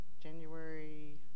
january